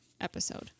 episode